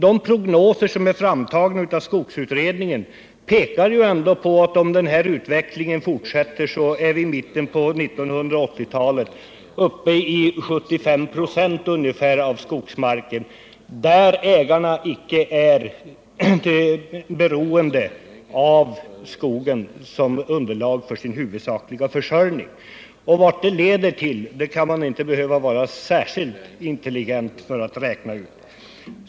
De prognoser som är framtagna av skogsutredningen pekar på att om utvecklingen fortsätter har vi i mitten av 1980-talet ungefär 75 96 av skogsmarken där ägarna icke är beroende av skogen som underlag för sin huvudsakliga sysselsättning. Vart det leder behöver man inte vara särskilt intelligent för att räkna ut.